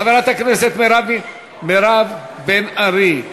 חברת הכנסת מירב בן ארי.